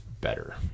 better